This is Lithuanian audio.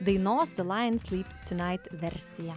dainos de laien slyps tiunait versija